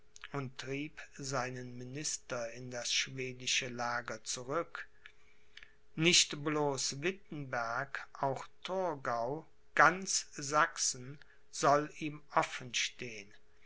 und trieb seinen minister in das schwedische lager zurück nicht bloß wittenberg auch torgau ganz sachsen soll ihm offen